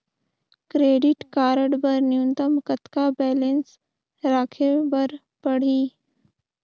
Credit card बर न्यूनतम कतका बैलेंस राखे बर पड़ही?